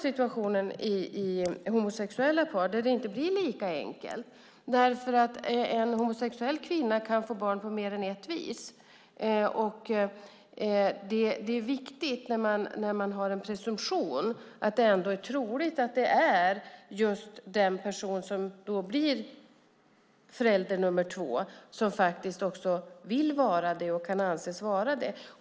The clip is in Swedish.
Situationen i homosexuella par är inte lika enkel. En homosexuell kvinna kan få barn på mer än ett vis. När man har en presumtion är det viktigt att den person som blir förälder nummer två vill vara det och kan anses vara det.